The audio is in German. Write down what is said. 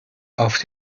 auf